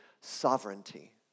sovereignty